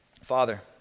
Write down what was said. Father